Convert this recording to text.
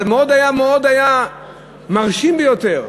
אבל היה מרשים ביותר,